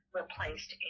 replaced